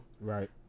Right